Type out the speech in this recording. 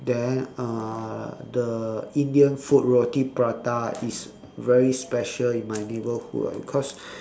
then uh the indian food roti prata is very special in my neighbourhood ah because